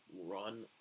Run